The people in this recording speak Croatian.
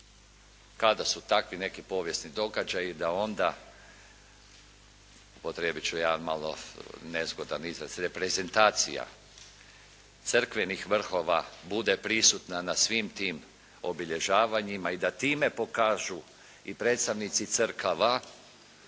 Kada su takvi neki povijesni događaji da onda, upotrijebit ću jedan malo nezgodan izraz, reprezentacija crkvenih vrhova bude prisutna na svim tim obilježavanjima i da time pokažu i predstavnici crkava